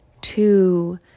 two